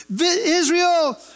Israel